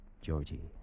Georgie